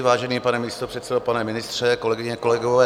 Vážený pane místopředsedo, pane ministře, kolegyně, kolegové.